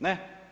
Ne.